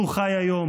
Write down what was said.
לו חי היום,